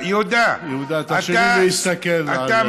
יהודה, יהודה, אתה, יהודה, תרשה לי להסתכל עליה.